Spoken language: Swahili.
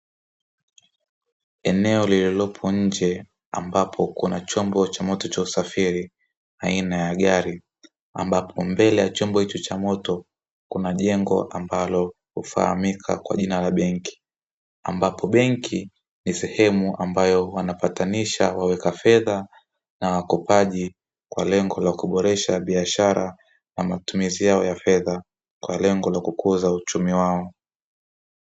Eneo lililopo nje ambapo kuna chombo cha moto cha usafiri aina ya gari, ambapo mbele ya chombo hicho cha moto kunajengwa ambalo hufahamika kwa jina la benki, ambapo benki ni sehemu ambayo wanapatanisha waweka fedha na wakopaji kwa lengo la kuboresha biashara na matumizi yao ya fedha kwa lengo la kukuza uchumi wao.